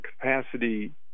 capacity